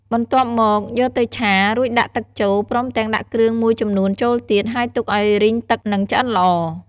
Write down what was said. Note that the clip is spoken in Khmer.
បន្ទាប់មកយកទៅឆា រួចដាក់ទឹកចូល ព្រមទាំងដាក់គ្រឿងមួយចំនួនចូលទៀត ហើយទុកឱ្យរីងទឹកនិងឆ្អិនល្អ។